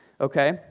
okay